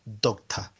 doctor